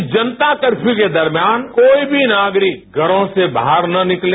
इस जनता कर्फ्यू के दौरान कोई भी नागरिक घरों से बाहर न निकले